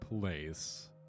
place